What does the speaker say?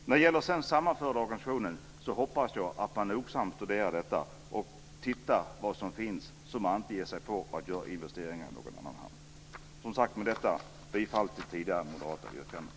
När det gäller att sammanföra organisationer hoppas jag att man nogsamt studerar detta och tittar vad som finns, så att man inte ger sig på att göra investeringar någon annanstans. Som sagt yrkar jag bifall till tidigare nämnda moderata yrkanden.